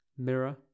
Mirror